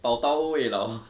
宝刀未老